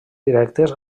directes